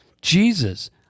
jesus